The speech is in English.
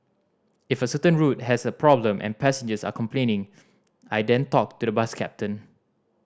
if a certain route has a problem and passengers are complaining I then talk to the bus captain